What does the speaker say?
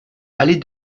allée